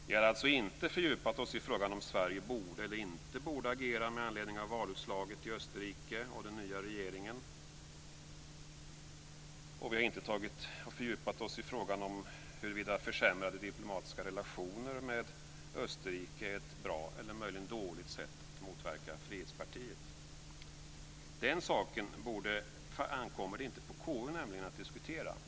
Vi har alltså inte fördjupat oss i frågan om Sverige borde eller inte borde agera med anledning av valutslaget i Österrike och den nya regeringen. Vi har inte fördjupat oss i frågan huruvida försämrade diplomatiska relationer med Österrike är ett bra eller dåligt sätt att motverka Frihetspartiet. Den saken ankommer inte på KU att diskutera.